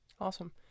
Awesome